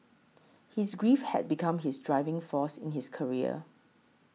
his grief had become his driving force in his career